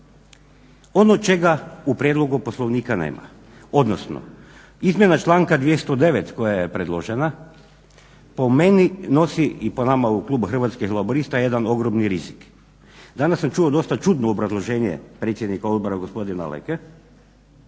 Ono čega u prijedlogu Poslovnika nema, odnosno izmjena članka 209. koja je predložena po meni nosi, i po nama u klubu Hrvatskih laburista, jedan ogromni rizik. Danas sam čuo dosta čudno obrazloženje predsjednika odbora gospodina Leke.